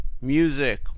music